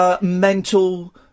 mental